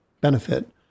benefit